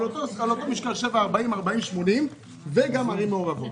על אותו משקל של 7 40 ו-40 80 וגם ערים מעורבות.